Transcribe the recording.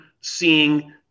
seeing